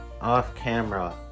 off-camera